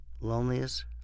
Loneliest